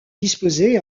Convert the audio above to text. disposé